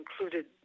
included